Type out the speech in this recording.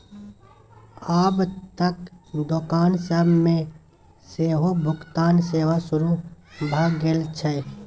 आब त दोकान सब मे सेहो भुगतान सेवा शुरू भ गेल छै